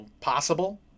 possible